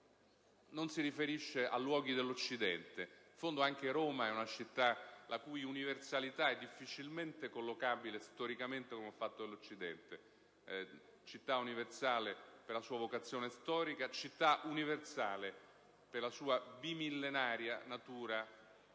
non si riferisce a luoghi dell'Occidente, tanto è vero che in fondo anche Roma è una città la cui universalità è difficilmente collocabile storicamente come fatto dell'Occidente. È una città universale per la sua vocazione storica e per la sua bimillenaria natura